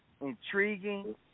intriguing